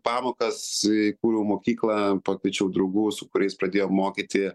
pamokas įkūriau mokyklą pakviečiau draugų su kuriais pradėjom mokyti